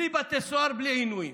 בלי בתי סוהר, בלי עינויים.